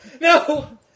NO